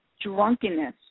drunkenness